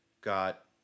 got